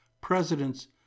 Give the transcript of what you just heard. presidents